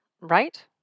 right